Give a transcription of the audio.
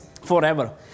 Forever